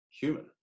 human